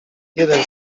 jeden